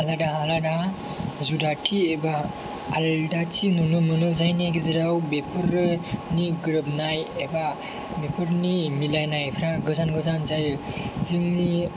आलादा आलादा जुदाथि एबा आलादाथि नुनो मोनो जायनि गेजेराव बेफोरनि गोरोबनाय एबा बेफोरनि मिलायनायफ्रा गोजान गोजान जायो जोंनि